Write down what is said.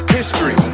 history